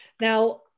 Now